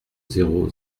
zéro